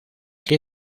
que